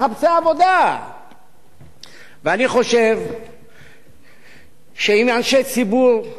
ואני חושב שאם אנשי ציבור רוצים לדעת מתי מוטלת עליהם האחריות,